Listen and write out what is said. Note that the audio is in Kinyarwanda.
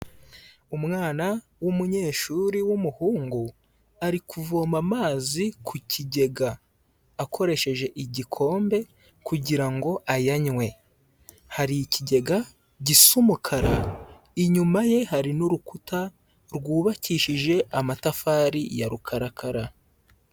Umwana w'umunyeshuri w'umuhungu ari kuvoma amazi ku kigega akoresheje igikombe kugira ngo ayanywe. Hari ikigega gisa umukara, inyuma ye hari n'urukuta rwubakishije amatafari ya rukarakara.